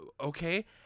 okay